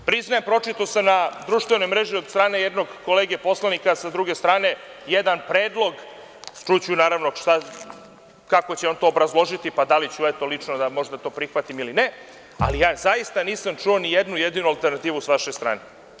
Priznajem, pročitao sam na društvenoj mreži od strane jednog kolege poslanika, sa druge strane jedan predlog, čuću naravno kako će on to obrazložiti, da li ću lično možda to da prihvatim ili ne, ali ja zaista nisam čuo ni jednu jedinu alternativu sa vaše strane.